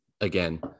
again